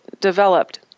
developed